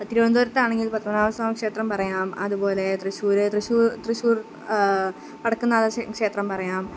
തിരുവനന്തപുരത്താണെങ്കിൽ പത്മനാഭസ്വാമി ക്ഷേത്രം പറയാം അതുപോലേ തൃശ്ശൂർ തൃശ്ശൂർ വടക്കുന്നാഥ ക്ഷേത്രം പറയാം